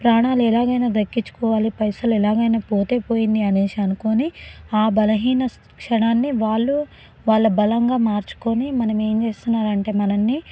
ప్రాణాలు ఎలాగైనా దక్కిచ్చుకోవాలి పైసలు ఎలాగైనా పోతే పోయింది అనేసి అనుకొని ఆ బలహీన క్షణాన్ని వాళ్ళు వాళ్ళ బలంగా మార్చుకొని మనమేం చేస్తున్నారంటే మనల్ని